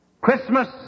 Christmas